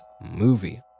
movie